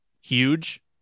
huge